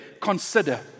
consider